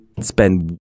spend